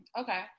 Okay